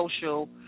social